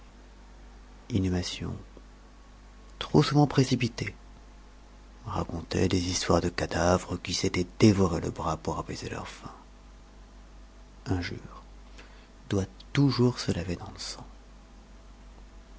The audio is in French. inhumation trop souvent précipitée raconter des histoires de cadavres qui s'étaient dévoré le bras pour apaiser leur faim injure doit toujours se laver dans le sang